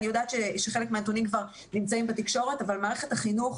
אני יודעת שחלק מהנתונים כבר נמצאים בתקשורת אבל מערכת החינוך,